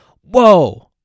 whoa